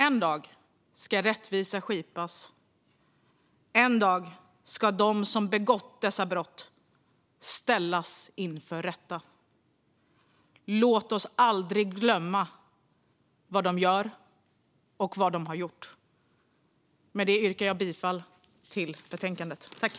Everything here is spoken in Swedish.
En dag ska rättvisa skipas. En dag ska de som begått dessa brott ställas inför rätta. Låt oss aldrig glömma vad de gör och vad de har gjort. Med detta yrkar jag bifall till utskottets förslag i betänkandet.